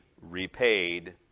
repaid